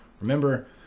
Remember